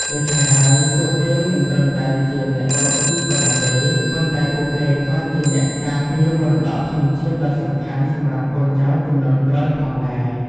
ដូច្នេះហើយ ពួកគេមិនត្រឹមតែជាអ្នករកស៊ីប៉ុណ្ណោះទេ ប៉ុន្តែពួកគេក៏ជាអ្នកការពារមរតកធម្មជាតិដ៏សំខាន់សម្រាប់កូនចៅជំនាន់ក្រោយផងដែរ។